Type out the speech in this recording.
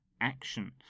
action